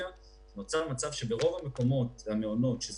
נוצר מצב שברוב המקומות שבהם המעונות הם